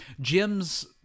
Jim's